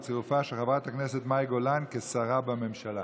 שהוא צירופה של חברת הכנסת מאי גולן כשרה בממשלה.